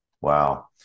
Wow